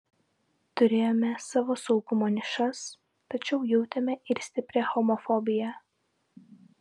turėjome savo saugumo nišas tačiau jautėme ir stiprią homofobiją